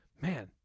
man